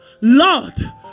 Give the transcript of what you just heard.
lord